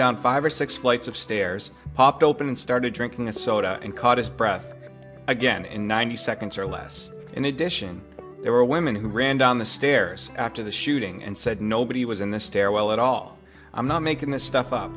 down five or six flights of stairs popped open and started drinking a soda and caught his breath again in ninety seconds or less in addition there were women who ran down the stairs after the shooting and said nobody was in the stairwell at all i'm not making this stuff up